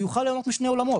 הוא יוכל ליהנות משני העולמות,